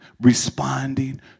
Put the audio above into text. responding